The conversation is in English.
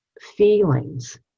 feelings